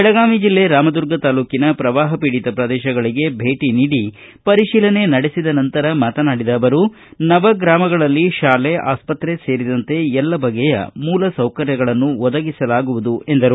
ಬೆಳಗಾವಿ ಜಿಲ್ಲೆ ರಾಮದುರ್ಗ ತಾಲ್ಡೂಕಿನ ಪ್ರವಾಹಪೀಡಿತ ಪ್ರದೇಶಗಳಿಗೆ ಭೇಟಿ ನೀಡಿ ಪರಿತೀಲನೆ ನಡೆಸಿದ ನಂತರ ಮಾತನಾಡಿದ ಅವರು ನವಗ್ರಾಮಗಳಲ್ಲಿ ಶಾಲೆ ಆಸ್ಪತ್ರೆ ಸೇರಿದಂತೆ ಎಲ್ಲ ಬಗೆಯ ಮೂಲಸೌಕರ್ಯಗಳನ್ನು ಒದಗಿಸಲಾಗುವುದು ಎಂದರು